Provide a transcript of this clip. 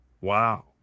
Wow